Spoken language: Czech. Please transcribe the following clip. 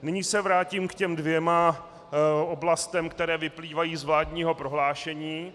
Nyní se vrátím k těm dvěma oblastem, které vyplývají z vládního prohlášení.